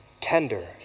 tender